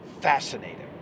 fascinating